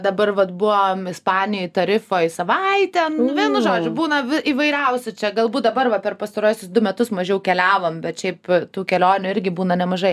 dabar vat buvom ispanijoj tarifoj savaitę vienu žodžiu būna įvairiausių čia galbūt dabar va per pastaruosius du metus mažiau keliavom bet šiaip tų kelionių irgi būna nemažai